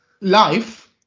Life